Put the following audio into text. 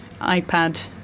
ipad